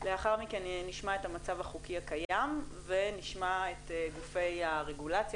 לאחר מכן נשמע את המצב החוקי הקיים ולאחר מכן נשמע את גופי הרגולציה,